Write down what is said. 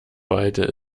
weite